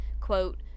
Quote